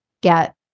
get